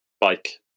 bike